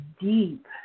deep